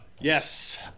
Yes